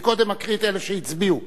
אני קודם אקריא את אלה שהצביעו,